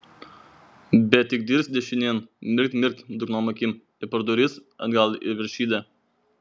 bet tik dirst dešinėn mirkt mirkt drungnom akim ir pro duris atgal į veršidę